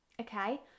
Okay